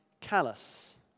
Callous